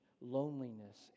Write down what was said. Loneliness